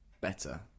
better